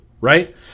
right